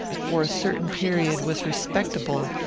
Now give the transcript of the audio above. for a certain period, was respectable,